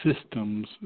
systems